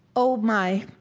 oh, my.